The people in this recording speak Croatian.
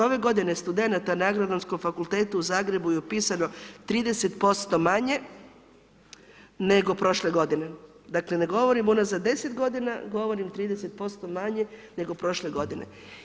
Ove godine studenata na Agronomskom fakultetu u Zagrebu je upisano 30% manje nego prošle godine, dakle ne govorim unazad 10 g., govorim 30% manje nego prošle godine.